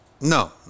No